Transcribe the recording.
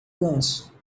ganso